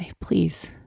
please